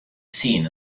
seen